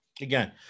again